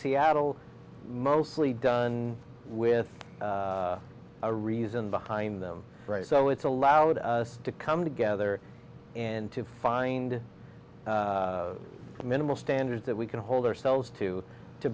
seattle mostly done with a reason behind them so it's allowed us to come together and to find minimal standards that we can hold ourselves to to